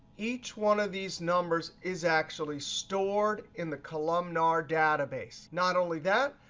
each one of these numbers is actually stored in the columnar database. not only that,